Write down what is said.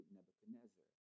Nebuchadnezzar